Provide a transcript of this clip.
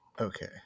Okay